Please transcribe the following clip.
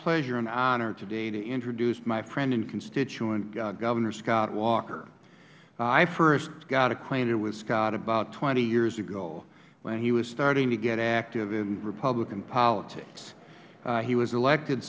pleasure and honor today to introduce my friend and constituent governor scott walker i first got acquainted with scott about twenty years ago when he was starting to get active in republican politics he was elected